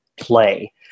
play